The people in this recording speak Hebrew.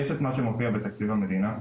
יש את מה שמופיע בתקציב המדינה,